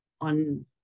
on